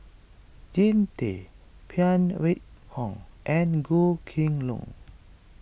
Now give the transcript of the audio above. Jean Tay Phan Wait Hong and Goh Kheng Long